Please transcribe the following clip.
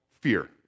fear